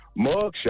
mugshot